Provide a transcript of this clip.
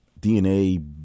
DNA